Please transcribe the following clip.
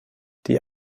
die